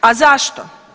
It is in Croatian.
A zašto?